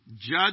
Judge